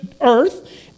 earth